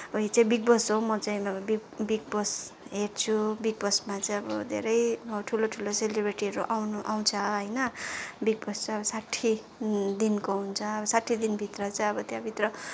उयो चाहिँ Bigg Boss हो म चाहिँ बिग बोस हेर्छु बिग बोसमा चाहिँ अब धेरै ठुलो ठुलो सेलिब्रिटीहरू आउनु आउँछ होइन बिग बोस चाहिँ अब साठी दिनको हुन्छ अब साठी दिनभित्र चाहिँ अब त्यहाँभित्र